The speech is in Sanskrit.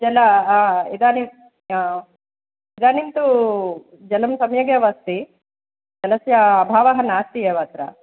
जल इदानीम् इदानीं तु जलं सम्यगेव अस्ति जलस्य अभावः नास्ति एव अत्र